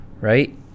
right